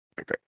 Okay